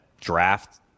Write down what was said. draft